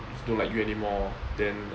she don't like you anymore then